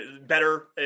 better